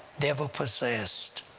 devil-possessed,